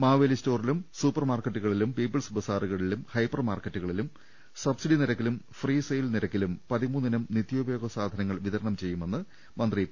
മാവേലി സ്റ്റോറുകളിലും സൂപ്പർ മാർക്കറ്റുകളിലും പീപ്പിൾസ് ബസാറുകളിലും ഹൈപ്പർ മാർക്കറ്റുകളിലും സബ്സിഡി നിരക്കിലും ഫ്രീസെയിൽ നിരക്കിലും പതിമൂന്ന് ഇനം നിത്യോ പയോഗ സാധനങ്ങൾ വിതരണം ചെയ്യുമെന്ന് മന്ത്രി പി